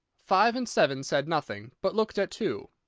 five and seven said nothing, but looked at two.